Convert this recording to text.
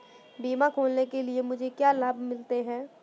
बीमा खोलने के लिए मुझे क्या लाभ मिलते हैं?